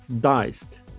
diced